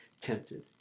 tempted